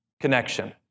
Connection